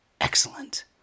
Excellent